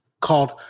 called